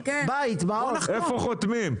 איפה חותמים?